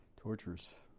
Torturous